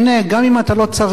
אני לא נכנס עכשיו,